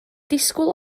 disgwyl